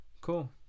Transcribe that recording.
Cool